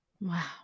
Wow